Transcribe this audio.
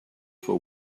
for